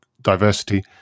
diversity